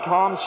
Tom